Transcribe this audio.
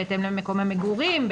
בהתאם למקום המגורים,